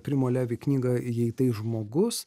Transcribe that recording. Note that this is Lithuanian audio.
primo levi knygą jai tai žmogus